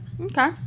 Okay